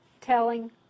telling